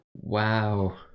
Wow